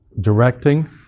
directing